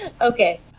Okay